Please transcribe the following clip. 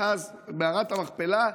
ואז מערת המכפלה,